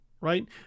right